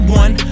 one